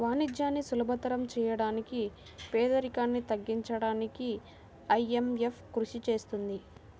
వాణిజ్యాన్ని సులభతరం చేయడానికి పేదరికాన్ని తగ్గించడానికీ ఐఎంఎఫ్ కృషి చేస్తుంది